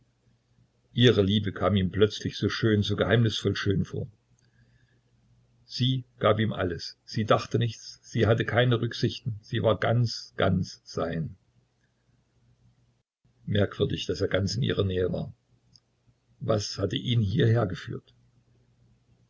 ihre liebe kam ihm plötzlich so schön so geheimnisvoll schön vor sie gab ihm alles sie dachte nichts sie hatte keine rücksichten sie war ganz ganz sein merkwürdig daß er ganz in ihrer nähe war was hatte ihn hierher geführt